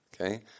Okay